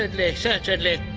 sinclair certainly,